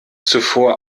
zuvor